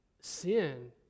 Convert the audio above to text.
sin